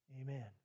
Amen